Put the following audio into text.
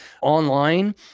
online